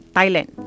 Thailand